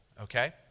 okay